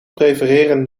prefereren